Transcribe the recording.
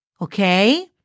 Okay